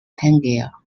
pangaea